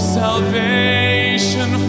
salvation